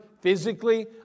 physically